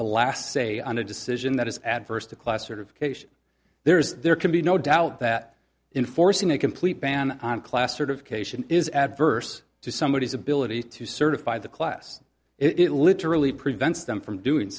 the last say on a decision that is adverse to class or of there is there can be no doubt that in forcing a complete ban on class sort of cation is adverse to somebodies ability to certify the class it literally prevents them from doing